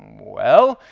well,